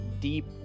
deep